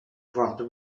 voir